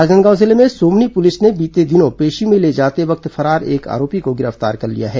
राजनांदगांव जिले में सोमनी पुलिस ने बीते दिनों पेशी में ले जाते वक्त फरार एक आरोपी को गिरफ्तार कर लिया है